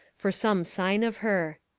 for some sign of her.